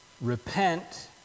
repent